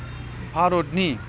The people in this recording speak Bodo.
भारतनि